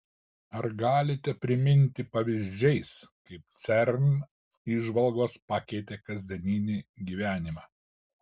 ar galite priminti pavyzdžiais kaip cern įžvalgos pakeitė kasdienį gyvenimą